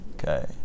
Okay